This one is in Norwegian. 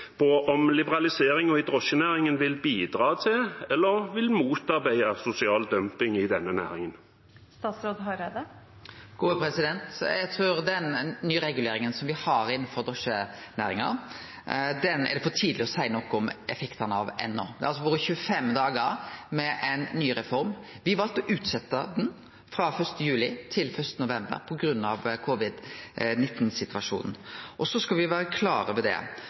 om liberaliseringen i drosjenæringen vil bidra til eller motarbeide sosial dumping i denne næringen? Eg trur at effektane av denne nyreguleringa me har innanfor drosjenæringa, er det for tidleg å seie noko om enno. Det har vore 25 dagar med ei ny reform. Me valde å utsetje reforma frå 1. juli til 1. november på grunn av covid-19-situasjonen. Me skal vere klar over at her ligg det